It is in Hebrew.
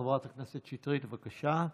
חברת הכנסת שטרית, בבקשה.